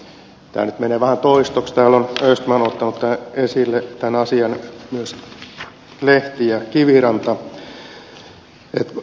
tämä nyt menee vähän toistoksi täällä on östman ottanut esille tämän asian myös lehti ja kiviranta